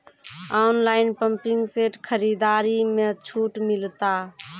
Online pumping set खरीदारी मे छूट मिलता?